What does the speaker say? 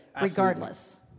regardless